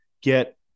get